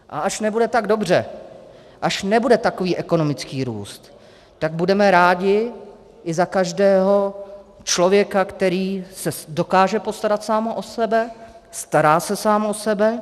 A až nebude tak dobře, až nebude takový ekonomický růst, tak budeme rádi i za každého člověka, který se dokáže postarat sám o sebe, stará se sám o sebe.